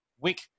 week